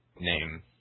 name